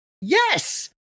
yes